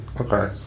Okay